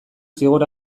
zigor